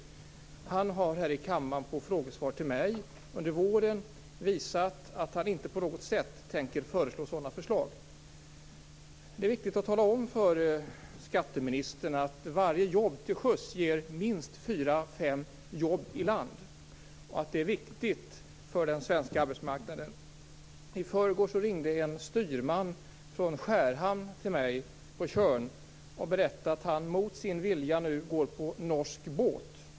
Thomas Östros har här i kammaren i frågesvar till mig under våren visat att han inte tänker föreslå något sådant. Det är viktigt att tala om för skatteministern att varje jobb till sjöss ger minst 4-5 jobb i land, och det är viktigt för den svenska arbetsmarknaden. Tjörn till mig och berättade att han mot sin vilja nu går på en norsk båt.